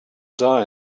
die